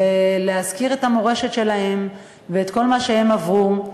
להזכיר את המורשת שלהם ואת כל מה שהם עברו,